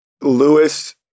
Lewis